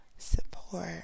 Support